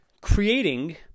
Creating